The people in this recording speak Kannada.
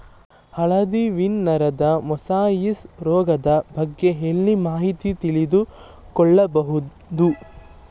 ಹಳದಿ ವೀನ್ ನರದ ಮೊಸಾಯಿಸ್ ರೋಗದ ಬಗ್ಗೆ ಎಲ್ಲಿ ಮಾಹಿತಿ ತಿಳಿದು ಕೊಳ್ಳಬಹುದು?